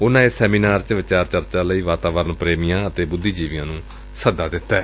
ਉਨੂਾ ਏਸ ਸੈਮੀਨਾਰ ਚ ਵਿਚਾਰ ਚਰਚਾ ਲਈ ਵਾਤਾਵਰਣ ਪ੍ਰੇਮੀਆਂ ਅਤੇ ਬੁੱਧੀਜੀਵੀਆਂ ਨੂੰ ਸੱਦਾ ਦਿੱਡੈ